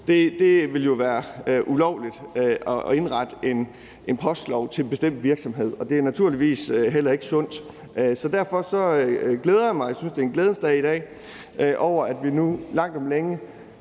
ville jo være ulovligt, altså at indrette en postlov til en bestemt virksomhed, og det er naturligvis heller ikke sundt. Derfor glæder jeg mig over det og synes, det er en glædens dag i dag, fordi vi nu langt om længe